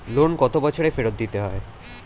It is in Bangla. লোন কত বছরে ফেরত দিতে হয়?